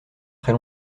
très